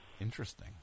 Interesting